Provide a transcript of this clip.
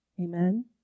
Amen